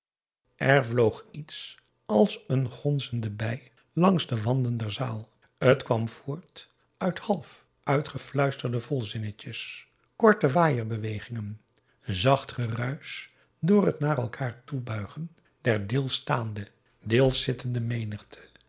vloog iets als een gonzende bij langs de wanden der zaal t kwam voort uit half